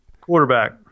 quarterback